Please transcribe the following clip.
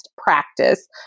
practice